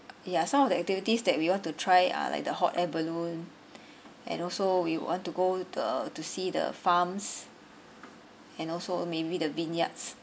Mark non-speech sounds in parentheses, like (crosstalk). yeah some of the activities that we want to try uh like the hot air balloon (breath) and also we want to go the to see the farms and also maybe the vineyards